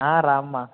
ఆ రా అమ్మ